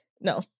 No